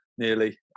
nearly